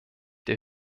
der